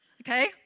okay